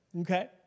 okay